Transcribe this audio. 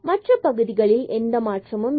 மற்ற பகுதிகளில் எந்த மாற்றமும் இல்லை